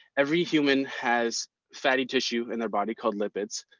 every human has fatty tissue in their body called lipids.